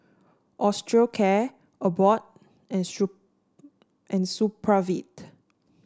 Osteocare Abbott and Supravit